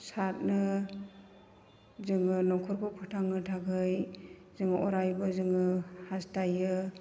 सारनो जोङो न'खरखौ फोथांनो थाखै जों अरायबो जोङो हास्थायो